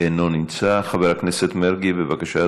אינו נמצא, חבר הכנסת מרגי, בבקשה,